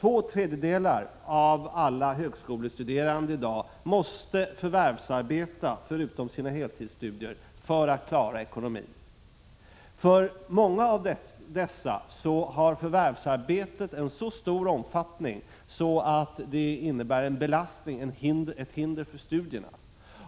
två tredjedelar av alla högskolestuderande i dag måste förvärvsarbeta vid sidan om sina heltidsstudier för att klara ekonomin. För många av dessa har förvärvsarbetet en så stor omfattning att det blir ett hinder för studierna.